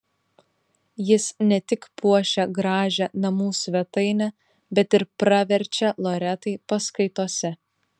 jis ne tik puošia gražią namų svetainę bet ir praverčia loretai paskaitose